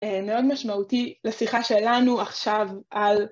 מאוד משמעותי לשיחה שלנו עכשיו על